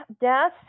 death